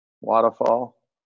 waterfall